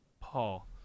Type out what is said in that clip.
Paul